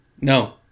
No